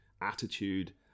Attitude